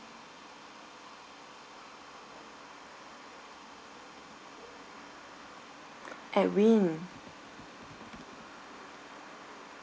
edwin